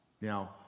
now